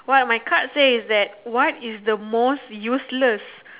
what my card say is that what is the most useless